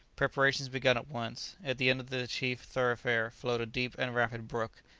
preparations began at once. at the end of the chief thoroughfare flowed a deep and rapid brook,